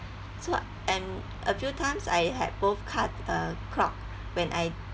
so and a few times I had both card uh clock when I